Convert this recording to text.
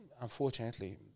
unfortunately